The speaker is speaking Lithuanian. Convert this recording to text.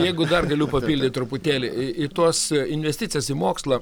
jeigu dar galiu papildyt truputėlį į tuos investicijas į mokslą